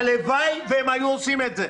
הלוואי והם היו עושים את זה,